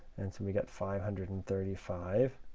and so we get five hundred and thirty five